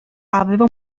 aveva